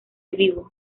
vivo